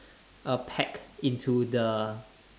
err pegged into the